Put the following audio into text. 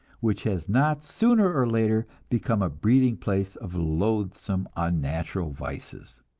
which has not sooner or later become a breeding place of loathsome unnatural vices.